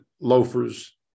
loafers